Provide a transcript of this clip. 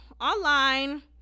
online